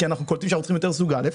כי קלטנו שאנחנו צריכים יותר סוג א',